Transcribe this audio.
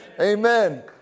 Amen